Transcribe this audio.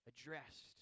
addressed